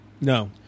No